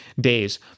days